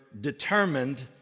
determined